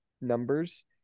numbers